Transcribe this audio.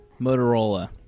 Motorola